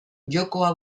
jokoa